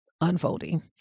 unfolding